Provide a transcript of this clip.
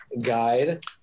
guide